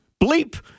bleep